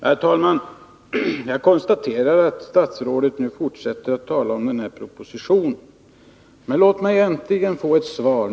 Herr talman! Jag konstaterar att statsrådet nu fortsätter att tala om den här propositionen. Men låt mig nu äntligen få ett svar!